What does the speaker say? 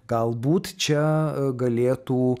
galbūt čia galėtų